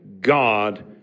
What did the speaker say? God